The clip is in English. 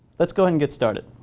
let's go and get started.